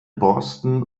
borsten